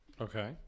Okay